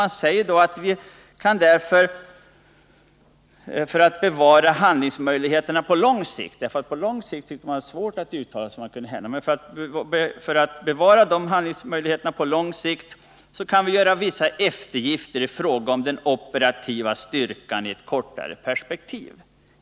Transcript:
Man har då sagt att man för att bevara handlingsfriheten på lång sikt — det är ju mycket svårt att uttala sig om vad som kan hända på lång sikt — kan göra vissa eftergifter i fråga om den operativa styrkan i ett kortare perspektiv.